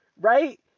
right